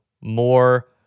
more